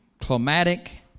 climatic